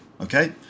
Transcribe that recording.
Okay